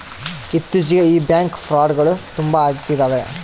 ಇತ್ತೀಚಿಗೆ ಈ ಬ್ಯಾಂಕ್ ಫ್ರೌಡ್ಗಳು ತುಂಬಾ ಅಗ್ತಿದವೆ